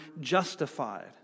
justified